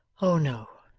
oh no,